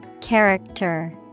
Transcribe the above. Character